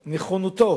על נכונותו